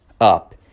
up